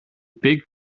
big